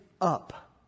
up